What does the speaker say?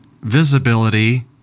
visibility